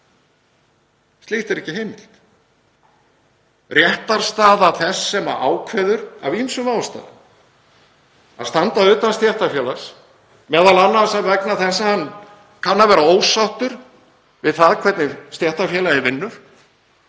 Slíkt er ekki heimilt. Réttarstaða þess sem ákveður, af ýmsum ástæðum, að standa utan stéttarfélags, m.a. vegna þess að hann kann að vera ósáttur við það hvernig stéttarfélagið vinnur,